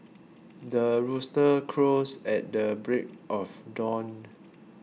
the rooster crows at the break of dawn